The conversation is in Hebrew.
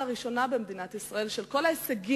לראשונה היתה במדינת ישראל תערוכה על כל ההישגים